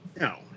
No